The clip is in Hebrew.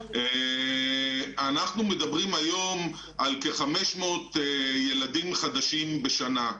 אנחנו מדברים היום על כ-500 ילדים חדשים בשנה.